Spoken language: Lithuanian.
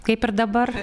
kaip ir dabar